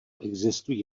existují